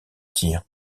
tir